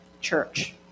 church